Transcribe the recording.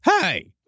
Hey